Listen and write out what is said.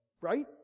right